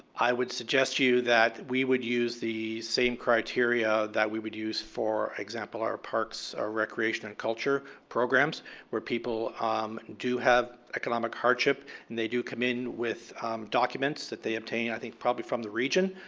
i would suggest to you that we would use the same criteria that we would use, for example, our parts, our recreation and culture programs where people um do have economic hardship and they do come in with documents that they obtain, i think probably from the region.